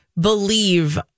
believe